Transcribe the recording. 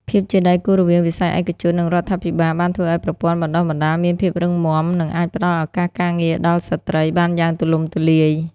ភាពជាដៃគូរវាងវិស័យឯកជន និងរដ្ឋាភិបាលបានធ្វើឱ្យប្រព័ន្ធបណ្តុះបណ្តាលមានភាពរឹងមាំ និងអាចផ្តល់ឱកាសការងារដល់ស្ត្រីបានយ៉ាងទូលំទូលាយ។